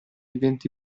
eventi